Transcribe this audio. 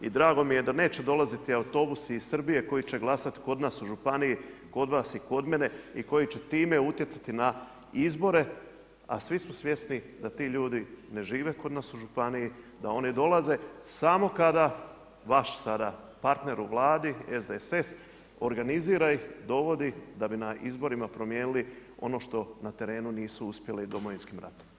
I drago mi je da neće dolaziti autobusi iz Srbije koji će glasati kod nas u županiji, kod vas i kod mene i koji će tim utjecati na izbore a svi smo svjesni da ti ljudi ne žive kod nas u županiji, da oni dolaze samo kada vaš sada partner u Vladi SDSS, organizira ih, dovodi, da bi na izborima promijenili ono što na terenu nisu uspjeli Domovinskim ratom.